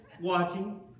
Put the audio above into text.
watching